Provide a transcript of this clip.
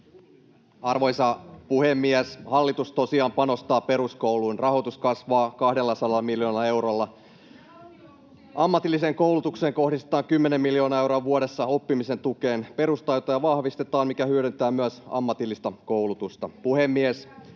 Arvoisa puhemies! Hallitus tosiaan panostaa peruskouluun. Rahoitus kasvaa 200 miljoonalla eurolla. [Krista Kiuru: Ja valtionosuuksia leikataan!] Ammatilliseen koulutukseen kohdistetaan kymmenen miljoonaa euroa vuodessa oppimisen tukeen. Perustaitoja vahvistetaan, mikä hyödyttää myös ammatillista koulutusta.